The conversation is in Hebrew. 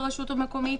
לרשות המקומית.